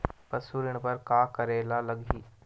पशु ऋण बर का करे ला लगही?